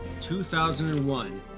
2001